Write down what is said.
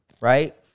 Right